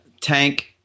tank